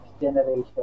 generation